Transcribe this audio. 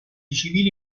civili